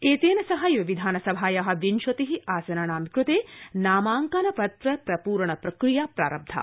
एतेन सहैव विधानसभाया विंशति आसनानां कृते नामाकंन पत्र प्रप्रण प्रक्रिया प्रारब्धा